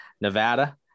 Nevada